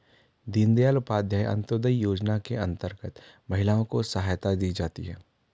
दीनदयाल उपाध्याय अंतोदय योजना के अंतर्गत महिलाओं को सहायता दी जाती है